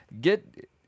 get